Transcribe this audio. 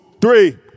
three